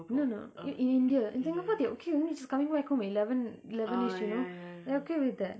no no in india in singapore they okay with me just coming back home at eleven eleven-ish you know they are okay with that